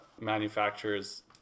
manufacturer's